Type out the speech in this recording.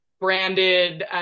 branded